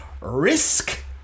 Risk